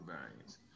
variants